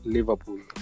Liverpool